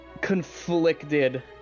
Conflicted